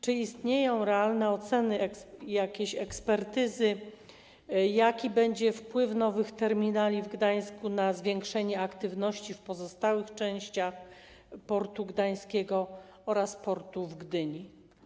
Czy istnieją realne oceny, jakieś ekspertyzy, jaki będzie wpływ nowych terminali w Gdańsku na zwiększenie aktywności w pozostałych częściach portu gdańskiego oraz portu w Gdyni?